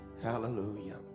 Hallelujah